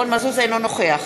אינו נוכח